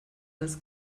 als